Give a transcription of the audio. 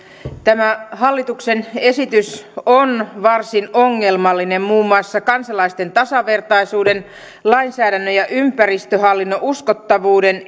tämä hallituksen esitys on varsin ongelmallinen muun muassa kansalaisten tasavertaisuuden lainsäädännön ja ympäristöhallinnon uskottavuuden